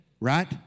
right